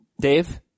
Dave